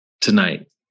tonight